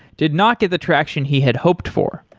did not get the traction he had hoped for.